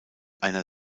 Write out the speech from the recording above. einer